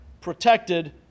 protected